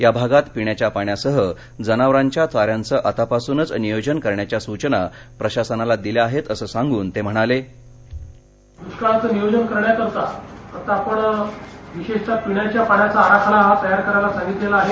या भागात पिण्याच्या पाण्यासह जनावरांच्या चा याचं आतापासूनच नियोजन करण्याच्या सूचना प्रशासनाला दिल्या आहेत असं सांगून ते म्हणाले दुष्काळाचं नियोजन करण्याकरिता विशेषतः पिण्याच्या पाण्याचा आराखडा तयार करायला सांगितला आहे